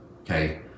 okay